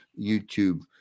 YouTube